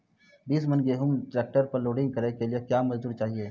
बीस मन गेहूँ ट्रैक्टर पर लोडिंग के लिए क्या मजदूर चाहिए?